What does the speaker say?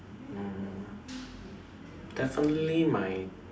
mm definitely my